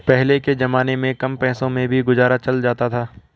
पहले के जमाने में कम पैसों में भी गुजारा चल जाता था